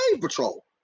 patrol